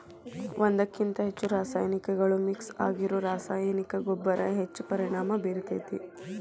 ಒಂದ್ಕಕಿಂತ ಹೆಚ್ಚು ರಾಸಾಯನಿಕಗಳು ಮಿಕ್ಸ್ ಆಗಿರೋ ರಾಸಾಯನಿಕ ಗೊಬ್ಬರ ಹೆಚ್ಚ್ ಪರಿಣಾಮ ಬೇರ್ತೇತಿ